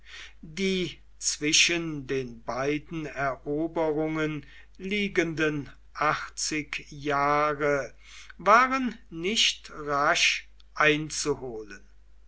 die zwischen den beiden eroberungen liegenden achtzig jahre waren nicht rasch einzuholen